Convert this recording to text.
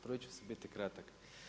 Truditi ću se biti kratak.